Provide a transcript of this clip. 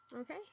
Okay